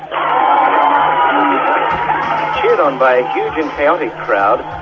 um cheered on by a huge and chaotic crowd,